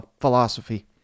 philosophy